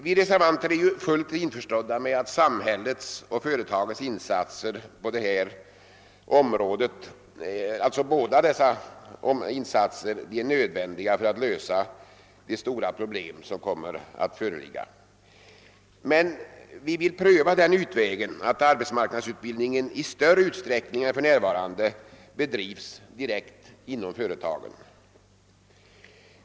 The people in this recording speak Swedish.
Vi reservanter är fullt införstådda med att insatser på detta område är nödvändiga både av samhället och av företagen för att lösa de stora problem som kommer att föreligga. Men vi vill pröva den utvägen att arbetsmarknadsutbildningen i större utsträckning än för närvarande bedrivs direkt inom företagen.